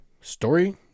story